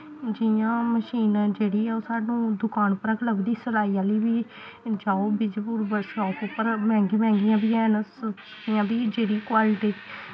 जियां मशीन जेह्ड़ी ऐ ओह् सानूं दकान उप्परा गै लभदी सलाई आह्ली बी जाओ विजेपुर बड़े शाप उप्पर मैंह्गी मैंह्गियां बी हैन जेह्ड़ी क्वालिटी